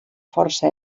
força